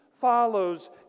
follows